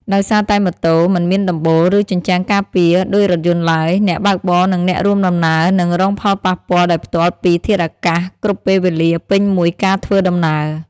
ដោយសារតែម៉ូតូ មិនមានដំបូល ឬជញ្ជាំងការពារ ដូចរថយន្តឡើយ អ្នកបើកបរ និងអ្នករួមដំណើរនឹង រងផលប៉ះពាល់ដោយផ្ទាល់ពីធាតុអាកាស គ្រប់ពេលវេលាពេញមួយការធ្វើដំណើរ។